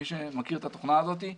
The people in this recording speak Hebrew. מי שמכיר את התוכנה הזאת.